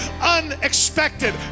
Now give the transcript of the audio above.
unexpected